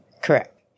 Correct